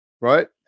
right